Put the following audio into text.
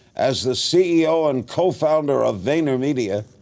as the ceo and co-founder of vaynermedia,